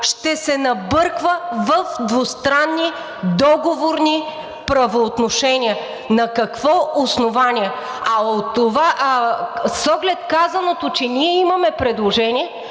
ще се набърква в двустранни договорни правоотношения, на какво основание? А с оглед на казаното, че ние имаме предложение,